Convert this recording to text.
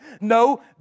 No